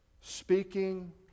speaking